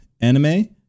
anime